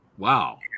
Wow